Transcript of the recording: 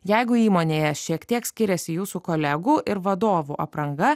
jeigu įmonėje šiek tiek skiriasi jūsų kolegų ir vadovų apranga